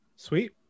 Sweet